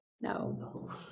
No